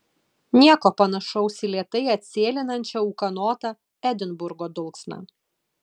nieko panašaus į lėtai atsėlinančią ūkanotą edinburgo dulksną